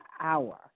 hour